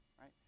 right